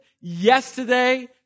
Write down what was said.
yesterday